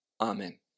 Amen